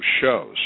shows